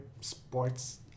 sports